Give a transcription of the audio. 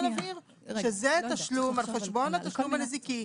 נבהיר שזה תשלום על חשבון התשלום הנזיקי,